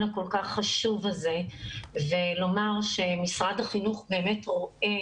הכול כך חשוב הזה ולומר שמשרד החינוך באמת רואה